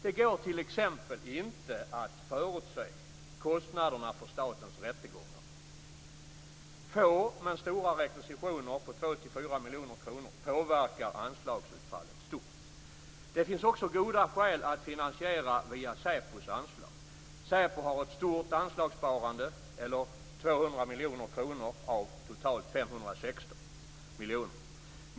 Det går t.ex. inte att förutsäga kostnaderna för statens rättegångar. Få men stora rekvisitioner på 2-4 miljoner kronor påverkar anslagsutfallet stort. Det finns också goda skäl att finansiera via Säpos anslag. Säpo har ett stort anslagssparande, eller 200 miljoner kronor av totalt 516 miljoner kronor.